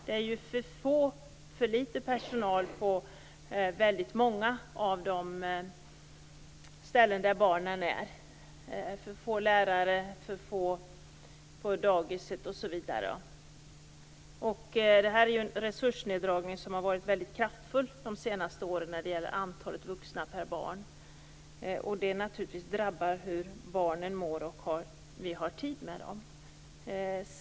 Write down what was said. Det är för litet personal på väldigt många av de ställen där barnen är, för få lärare, för få på dagiset osv. Det har varit en mycket kraftfull resursneddragning de senaste åren när det gäller antalet vuxna per barn. Det drabbar naturligtvis barnen, hur de mår och hur vi har tid med dem.